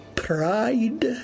Pride